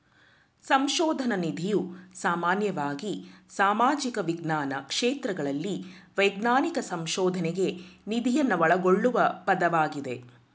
ಸಂಶೋಧನ ನಿಧಿಯು ಸಾಮಾನ್ಯವಾಗಿ ಸಾಮಾಜಿಕ ವಿಜ್ಞಾನ ಕ್ಷೇತ್ರಗಳಲ್ಲಿ ವೈಜ್ಞಾನಿಕ ಸಂಶೋಧನ್ಗೆ ನಿಧಿಯನ್ನ ಒಳಗೊಳ್ಳುವ ಪದವಾಗಿದೆ